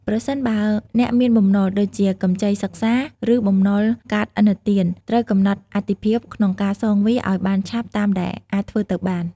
ប្រសិនបើអ្នកមានបំណុល ដូចជាកម្ចីសិក្សា ឬបំណុលកាតឥណទាន ត្រូវកំណត់អាទិភាពក្នុងការសងវាឱ្យបានឆាប់តាមដែលអាចធ្វើទៅបាន។